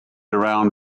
around